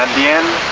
um the end,